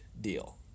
deal